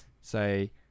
say